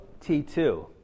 t2